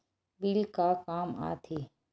Bill का काम आ थे?